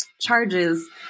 charges